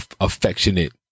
affectionate